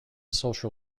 social